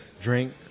drink